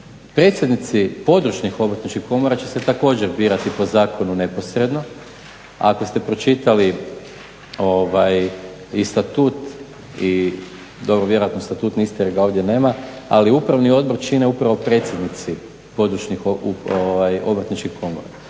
predsjednici područnih obrtničkih komora će se također birati po zakonu neposredno. Ako ste pročitali i statut i, dobro vjerojatno statut niste jer ga ovdje nema, ali Upravni odbor čine upravo predsjednici područnih Obrtničkih komora.